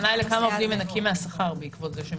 הכוונה היא לכמה עובדים מנכים מהשכר בעקבות כך שהם